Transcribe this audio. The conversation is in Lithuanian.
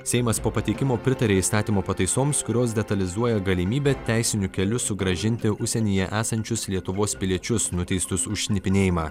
seimas po pateikimo pritarė įstatymo pataisoms kurios detalizuoja galimybę teisiniu keliu sugrąžinti užsienyje esančius lietuvos piliečius nuteistus už šnipinėjimą